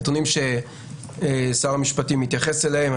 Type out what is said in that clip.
נתונים ששר המשפטים התייחס אליהם.